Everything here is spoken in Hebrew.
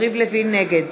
נגד